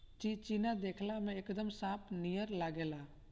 चिचिना देखला में एकदम सांप नियर लागेला